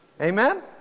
Amen